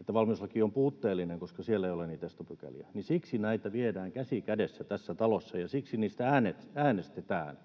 että valmiuslaki on puutteellinen, koska siellä ei ole niitä estopykäliä, niin siksi näitä viedään käsi kädessä tässä talossa ja siksi niistä äänestetään